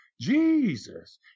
Jesus